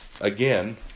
again